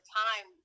time